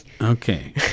Okay